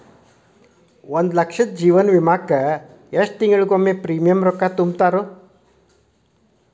ಒಂದ್ ಲಕ್ಷದ ಜೇವನ ವಿಮಾಕ್ಕ ಎಷ್ಟ ತಿಂಗಳಿಗೊಮ್ಮೆ ಪ್ರೇಮಿಯಂ ರೊಕ್ಕಾ ತುಂತುರು?